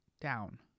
down